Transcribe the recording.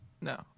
No